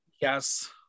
Yes